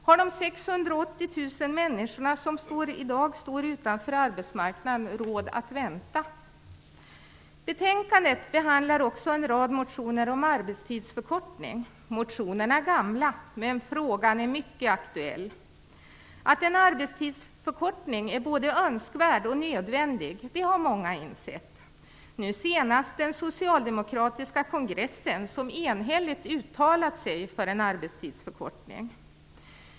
Har de 680 000 människorna som i dag står utanför arbetsmarknaden råd att vänta? Betänkandet behandlar också en rad motioner om arbetstidsförkortning. Motionerna är gamla, men frågan är mycket aktuell. Att en arbetstidsförkortning är både önskvärd och nödvändig har många insett, nu senast den socialdemokratiska kongressen som enhälligt uttalat sig för en arbetstidsförkortning.